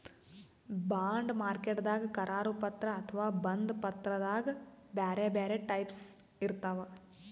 bond ಮಾರ್ಕೆಟ್ದಾಗ್ ಕರಾರು ಪತ್ರ ಅಥವಾ ಬಂಧ ಪತ್ರದಾಗ್ ಬ್ಯಾರೆ ಬ್ಯಾರೆ ಟೈಪ್ಸ್ ಇರ್ತವ್